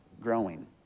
growing